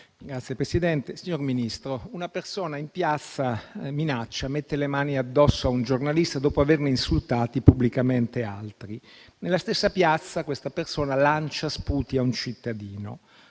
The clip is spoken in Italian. *(PD-IDP)*. Signor Ministro, una persona in piazza minaccia e mette le mani addosso a un giornalista dopo averne insultati pubblicamente altri. Nella stessa piazza quella stessa persona lancia sputi a un cittadino.